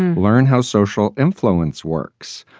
and learn how social influence works.